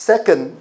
Second